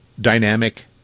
dynamic